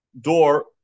door